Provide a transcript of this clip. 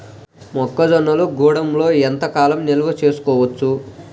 మొక్క జొన్నలు గూడంలో ఎంత కాలం నిల్వ చేసుకోవచ్చు?